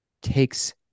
takes